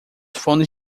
fones